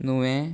नुवें